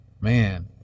Man